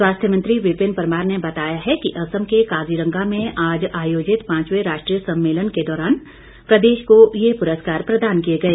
स्वास्थ्य मंत्री विपिन परमार ने बताया है कि असम के काजीरंगा में आज आयोजित पांचवे राष्ट्रीय सम्मेलन के दौरान प्रदेश को ये पुरस्कार प्रदान किए गए